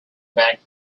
back